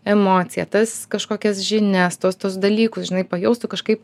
emociją tas kažkokias žinias tuos tuos dalykus žinai pajaustų kažkaip